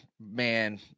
man